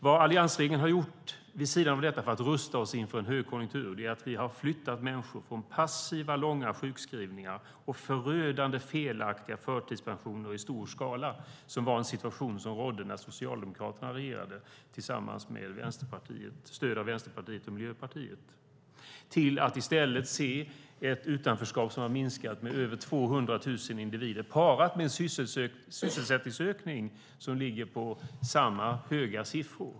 Vad alliansregeringen vid sidan av detta har gjort för att rusta oss inför en högkonjunktur är att vi har flyttat människor från passiva, långa sjukskrivningar och förödande felaktiga förtidspensioner i stor skala, som var en situation som rådde när Socialdemokraterna regerade med stöd av Vänsterpartiet och Miljöpartiet. Vi ser nu ett utanförskap som har minskat med över 200 000 individer parat med en sysselsättningsökning som ligger på samma höga siffror.